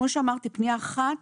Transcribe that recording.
כמו שאמרתי, פנייה אחת